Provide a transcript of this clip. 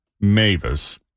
Mavis